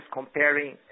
comparing